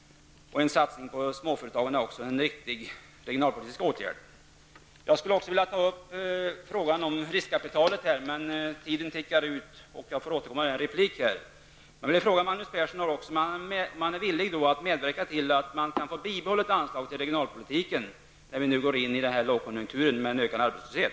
En satsning på småföretagen är också en riktig regionalpolitisk åtgärd. Jag skulle också vilja ta upp frågan om riskkapitalet, men tiden tickar ut, och jag får återkomma till det i en replik. Jag vill ändå fråga Magnus Persson om han är villig att medverka till ett bibehållet anslag till regionalpolitiken, när vi nu går in i en lågkonjunktur med en ökad arbetslöshet.